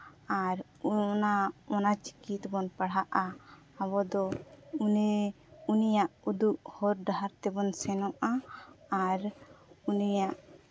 ᱟᱨ ᱚᱱᱟ ᱚᱱᱟ ᱪᱤᱠᱤ ᱛᱮᱵᱚᱱ ᱯᱟᱲᱦᱟᱜᱼᱟ ᱟᱵᱚ ᱫᱚ ᱩᱱᱤ ᱩᱱᱤᱭᱟᱜ ᱩᱫᱩᱜ ᱦᱚᱨ ᱰᱟᱦᱟᱨ ᱛᱮᱵᱚᱱ ᱥᱮᱱᱚᱜᱼᱟ ᱟᱨ ᱩᱱᱤᱭᱟᱜ